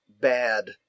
bad